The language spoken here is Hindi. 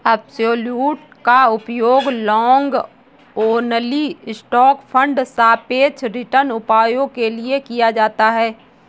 अब्सोल्युट का उपयोग लॉन्ग ओनली स्टॉक फंड सापेक्ष रिटर्न उपायों के लिए किया जाता है